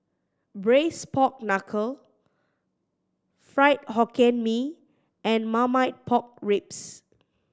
Braised Pork Knuckle Fried Hokkien Mee and Marmite Pork Ribs